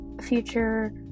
future